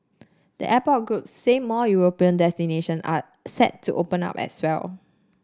the airport of group said more European destination are set to open up as well